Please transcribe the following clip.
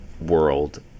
world